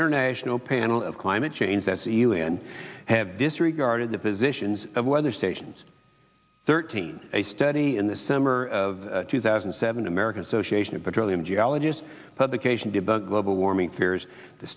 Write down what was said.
international panel of climate change that sealion have disregarded the positions of weather stations thirteen a study in the summer of two thousand and seven american association of petroleum geologists publication debunked global warming